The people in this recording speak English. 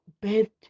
bed